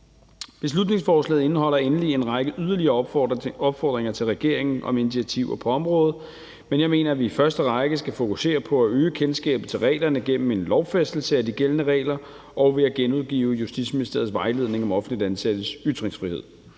Beslutningsforslaget indeholder endelig en række yderligere opfordringer til regeringen om initiativer på området, men jeg mener, at vi i første række skal fokusere på at øge kendskabet til reglerne gennem en lovfæstelse af de gældende regler og ved at genudgive Justitsministeriets vejledning om offentligt ansattes ytringsfrihed.